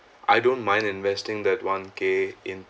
I don't mind investing that one K in